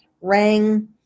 rang